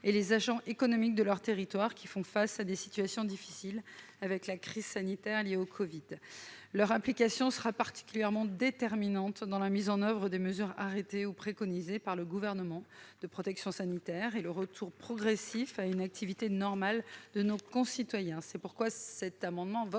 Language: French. et les agents économiques de leur territoire, qui font face à des situations difficiles avec la crise sanitaire liée au Covid-19. Leur implication sera particulièrement déterminante dans la mise en oeuvre des mesures arrêtées ou préconisées par le Gouvernement de protection sanitaire et le retour progressif à une activité « normale » de nos concitoyens.